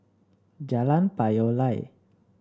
Jalan Payoh Lai